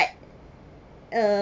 uh